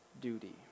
duty